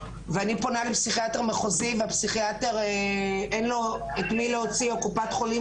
ואני פונה לפסיכיאטר מחוזי והפסיכיאטר אין לו את מי להוציא לקופת חולים,